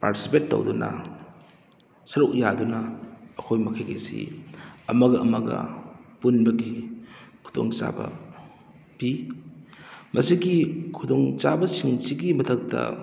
participate ꯇꯧꯗꯨꯅ ꯁꯔꯨꯛ ꯌꯥꯗꯨꯅ ꯑꯩꯈꯣꯏ ꯃꯈꯩꯒꯤ ꯑꯁꯤ ꯑꯃꯒ ꯑꯃꯒ ꯄꯨꯟꯕꯒꯤ ꯈꯨꯗꯣꯡ ꯆꯥꯕ ꯄꯤ ꯃꯁꯤꯒꯤ ꯈꯨꯗꯣꯡ ꯆꯥꯕꯁꯤꯡꯁꯤꯒꯤ ꯃꯊꯛꯇ